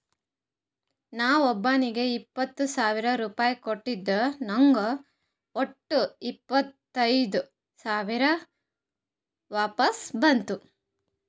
ನಾ ಒಬ್ಬೋನಿಗ್ ಇಪ್ಪತ್ ಸಾವಿರ ರುಪಾಯಿ ಕೊಟ್ಟಿದ ನಂಗ್ ವಟ್ಟ ಇಪ್ಪತೈದ್ ಸಾವಿರ ವಾಪಸ್ ಬಂದು